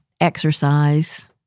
exercise